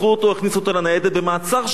הכניסו אותו לניידת במעצר שווא,